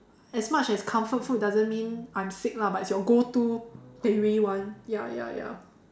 as much as comfort food doesn't mean I'm sick lah but it's your go to that you really want ya ya ya